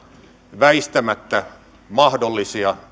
väistämättä mahdollisia